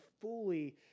fully